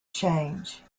change